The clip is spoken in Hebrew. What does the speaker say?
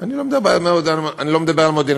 אני לא מדבר על מודיעין,